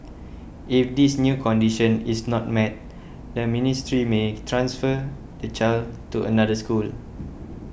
if this new condition is not met the ministry may transfer the child to another school